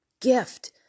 gift